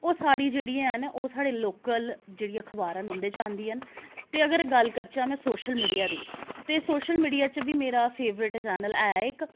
ओह् साढ़ी जेह्ड़ियां हैन ओह् साढ़े लोकल जेह्ड़ी अखबारां न उं'दे च आंदियां न ते अगर गल्ल करचै में सोशल मीडिया दी ते सोशल मीडिया च बी मेरा फेवरेट चैनल ऐ इक